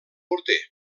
morter